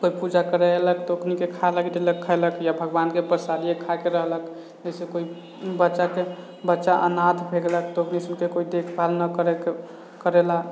कोइ पूजा करै अयलथि तऽ ओकराके खाइले देलक खेलक या भगवानके प्रसादिये खाइके रहलक जैसे कोइ बच्चाके बच्चा अनाथ भऽ गेलक तऽ ओहि सनके कोइ देखभाल नहि करिके करेला